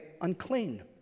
unclean